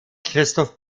christoph